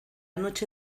noche